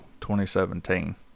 2017